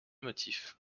motifs